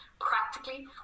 practically